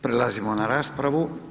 Prelazimo na raspravu.